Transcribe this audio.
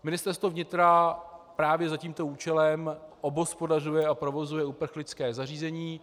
Ministerstvo vnitra právě za tímto účelem obhospodařuje a provozuje uprchlická zařízení.